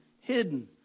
hidden